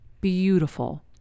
beautiful